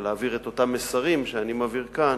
להבהיר את אותם מסרים שאני מבהיר כאן.